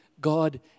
God